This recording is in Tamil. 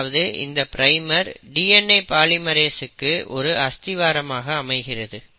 அதாவது இந்த பிரைமர் DNA பாலிமெரேஸ்சுக்கு ஒரு அஸ்திவாரமாக அமைகிறது